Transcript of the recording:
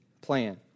plan